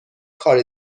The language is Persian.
کار